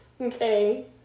Okay